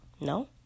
No